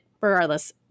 regardless